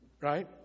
right